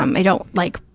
um i don't like,